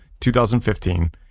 2015